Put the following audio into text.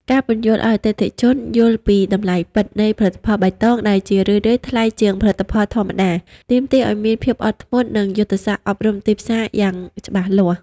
ការពន្យល់ឱ្យអតិថិជនយល់ពី "តម្លៃពិត" នៃផលិតផលបៃតង (ដែលជារឿយៗថ្លៃជាងផលិតផលធម្មតា) ទាមទារឱ្យមានភាពអត់ធ្មត់ និងយុទ្ធសាស្ត្រអប់រំទីផ្សារយ៉ាងច្បាស់លាស់។